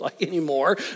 anymore